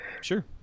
Sure